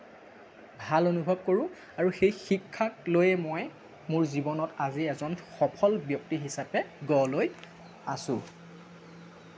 ভাল অনুভৱ কৰোঁ আৰু সেই শিক্ষাক লৈয়ে মই মোৰ জীৱনত আজি এজন সফল ব্যক্তি হিচাপে গঢ় লৈ আছোঁ